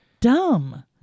dumb